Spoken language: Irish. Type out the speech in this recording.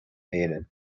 héireann